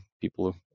people